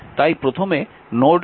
তাই প্রথমে node A তে KCL প্রয়োগ করুন